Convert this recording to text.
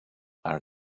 are